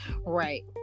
right